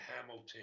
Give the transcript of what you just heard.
hamilton